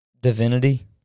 divinity